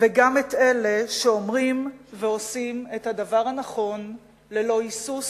וגם את אלה שאומרים ועושים את הדבר הנכון ללא היסוס